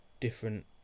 different